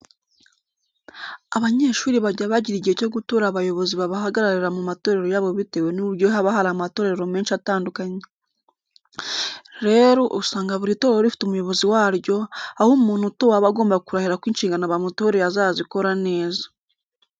Abanyeshuri bajya bagira igihe cyo gutora abayobozi babahagararira mu matorero yabo bitewe n'uburyo haba hari amatorero menshi atandukanye. Rero, usanga buri torero rifite umuyobozi waryo, aho umuntu utowe aba agomba kurahira ko inshingano bamutoreye azazikora neza.